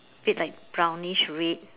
bit like brownish red